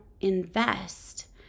invest